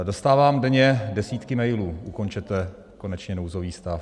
Dostávám denně desítky mailů: ukončete konečně nouzový stav.